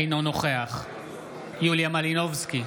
אינו נוכח יוליה מלינובסקי,